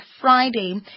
Friday